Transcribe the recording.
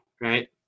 right